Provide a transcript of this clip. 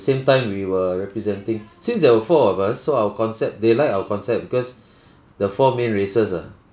same time we were representing since there were four of us so our concept they like our concept because the four main races ah